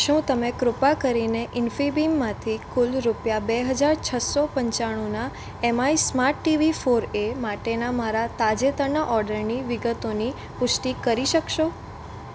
શું તમે કૃપા કરીને ઇન્ફીબીમ માંથી કુલ રૂપિયા બે હજાર છસો પંચાણુના એમઆઇ સ્માર્ટ ટીવી ફોરએ માટેના મારા તાજેતરના ઓર્ડરની વિગતોની પુષ્ટિ કરી શકશો